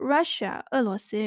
Russia,俄罗斯